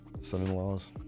Sons-in-laws